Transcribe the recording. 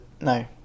no